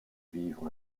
vivre